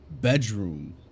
bedroom